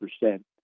percent